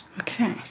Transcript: Okay